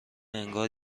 انگار